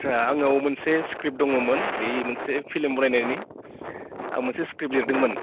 आच्चा आंनाव मोनसे स्क्रिप्ट दङमोन बै मोनसे फिल्म बनायनायनि आं मोनसे स्क्रिप्ट लिरदोंमोन